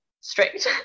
strict